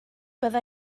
bydda